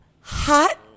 hot